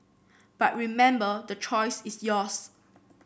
but remember the choice is yours